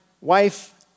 wife